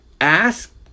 ask